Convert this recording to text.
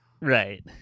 right